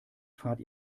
fahrt